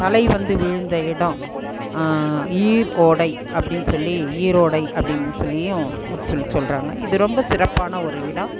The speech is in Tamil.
தலை வந்து விழுந்த இடம் ஈர் ஓடை அப்டீன்னு சொல்லி ஈரோடை அப்டீன்னு சொல்லியும் சொல்லி சொல்கிறாங்க இது ரொம்ப சிறப்பான ஒரு இடம்